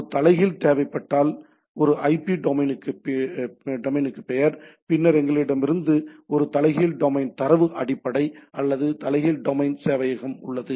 ஒரு தலைகீழ் தேவைப்பட்டால் ஒரு ஐபி டொமைனுக்கு பெயர் பின்னர் எங்களிடம் ஒரு தலைகீழ் டொமைன் தரவு அடிப்படை அல்லது தலைகீழ் டொமைன் சேவையகம் உள்ளது